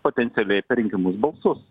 potencialiai per rinkimus balsus